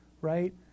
right